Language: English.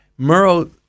Murrow